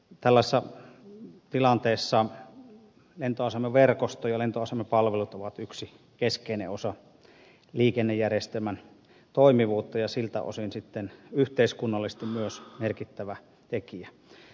tällaisessa tilanteessa lentoasemaverkosto ja lentoasemapalvelut ovat yksi keskeinen osa liikennejärjestelmän toimivuutta ja siltä osin yhteiskunnallisesti myös merkittävä tekijä